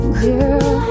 girl